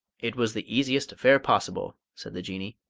it was the easiest affair possible, said the jinnee,